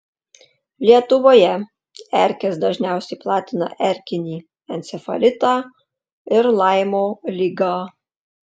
lietuvoje erkės dažniausiai platina erkinį encefalitą ir laimo ligą